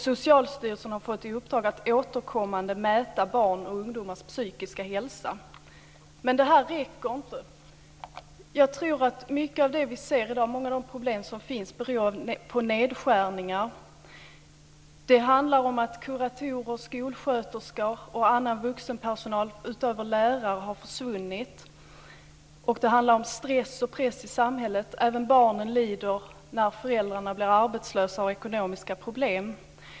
Socialstyrelsen har fått i uppdrag att återkommande mäta barns och ungdomars psykiska hälsa. Men det här räcker inte. Jag tror att mycket av det vi ser, många av de problem som finns, beror på nedskärningar. Det handlar om att kuratorer, skolsköterskor och annan vuxen personal utöver lärare har försvunnit. Det handlar om stress och press i samhället. Även barn lider när föräldrarna blir arbetslösa och har ekonomiska problem.